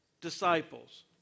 disciples